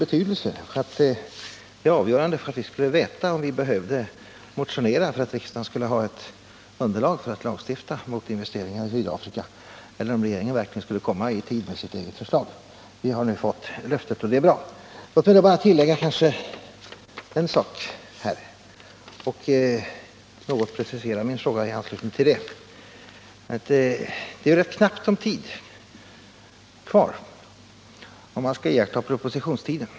Det var av avgörande betydelse att få veta om vi skulle behöva motionera för att riksdagen skulle ha ett underlag för att lagstifta mot investeringar i Sydafrika eller om regeringen verkligen skulle komma i tid med sitt eget förslag. Vi har nu fått löftet, och det är bra. Låt mig bara tillägga en sak här och något närmare precisera min fråga i anslutning därtill. Det är rätt knappt om tid kvar, om man skall iaktta propositionstiden.